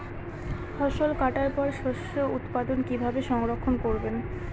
ফসল কাটার পর শস্য উৎপাদন কিভাবে সংরক্ষণ করবেন?